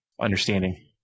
understanding